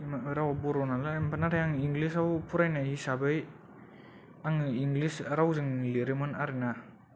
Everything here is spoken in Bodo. रावा बर' नालाय नाथाय आं इंग्लिसाव फरायनाय हिसाबै आङो इंग्लिस रावजों लिरोमोन आरो ना